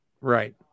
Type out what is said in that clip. Right